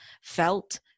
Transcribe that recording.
felt